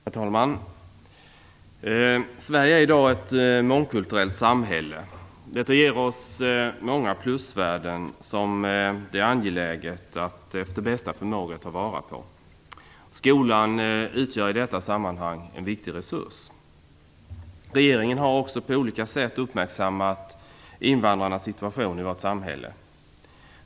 Herr talman! Sverige är i dag ett mångkulturellt samhälle. Detta ger oss många plusvärden som det är angeläget att efter bästa förmåga ta vara på. Skolan utgör i detta sammanhang en viktig resurs. Regeringen har också på olika sätt uppmärksammat invandrarnas situation i vårt samhälle.